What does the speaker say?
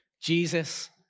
Jesus